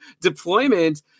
deployment